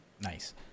Nice